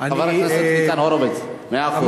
חבר הכנסת ניצן הורוביץ, מאה אחוז.